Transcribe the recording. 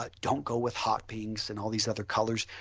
ah don't go with hot pinks and all these other colors,